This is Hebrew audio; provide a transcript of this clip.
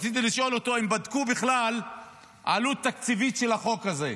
רציתי לשאול אותו אם בדקו בכלל עלות תקציבית של החוק הזה,